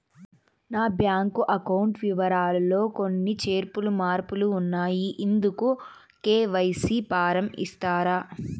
నా bank account వివరాలు లో కొన్ని చేర్పులు మార్పులు ఉన్నాయి, ఇందుకు కె.వై.సి ఫారం ఇస్తారా?